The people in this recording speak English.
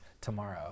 tomorrow